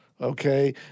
okay